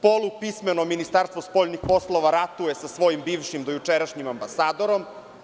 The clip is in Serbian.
Polupismeno Ministarstvo spoljnih poslova ratuje sa svojim bivšim dojučerašnjim ambasadorom.